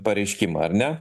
pareiškimą ar ne